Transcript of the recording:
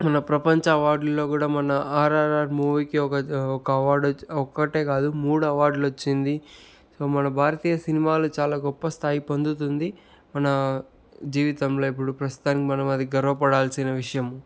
మొన్న ప్రపంచ అవార్డుల్లో కూడా మన ఆర్ఆర్ఆర్ మూవీకి ఒక ఒక అవార్డు ఒక్కటే కాదు మూడు అవార్డులు వచ్చింది సో మన భారతీయ సినిమాలు చాలా గొప్ప స్థాయి పొందుతుంది మన జీవితంలో ఇప్పుడు ప్రస్తుతానికి మనమది గర్వపడాల్సిన విషయం